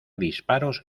disparos